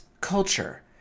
culture